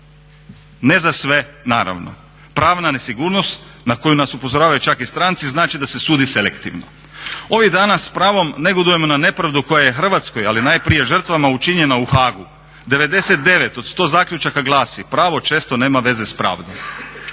ne za sve naravno. Pravna nesigurnost na koju nas upozoravaju čak i stranci znači da se sudi selektivno. Ovih dana s pravom negodujemo na nepravdu koja je Hrvatskoj, ali najprije žrtvama učinjena u Haagu. 99 od 100 zaključaka glasi: "Pravo često nema veze s pravdom."